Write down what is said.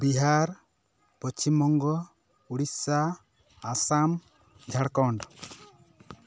Bihar Paschimbanga Orissa Assam Jharkhand